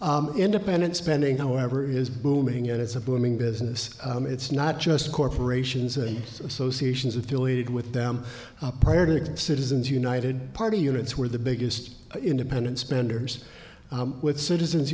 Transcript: independent spending however is booming and it's a booming business it's not just corporations and associations affiliated with them prior to citizens united party units were the biggest independent spenders with citizens